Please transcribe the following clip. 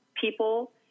people